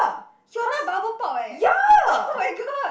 hyuna bubble pop eh oh-my-god